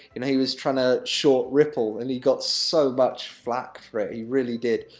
you know, he was trying to short ripple, and he got so much flak for it, he really did.